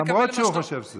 למרות שהוא חושב,